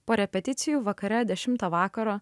po repeticijų vakare dešimtą vakaro